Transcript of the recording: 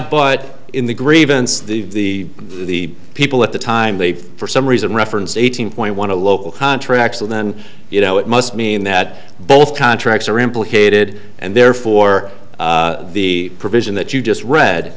but in the grievance the the people at the time they for some reason reference eighteen point one to local contracts and then you know it must mean that both contracts are implicated and therefore the provision that you just read